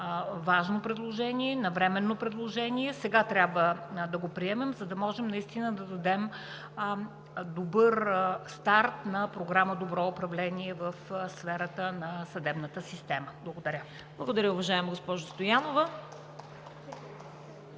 важно предложение, навременно предложение. Сега трябва да го приемем, за да можем наистина да дадем добър старт на Програма „Добро управление“ в сферата на съдебната система. Благодаря. ПРЕДСЕДАТЕЛ ЦВЕТА КАРАЯНЧЕВА: Благодаря, уважаема госпожо Стоянова.